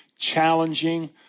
Challenging